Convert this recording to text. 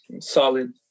solid